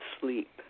sleep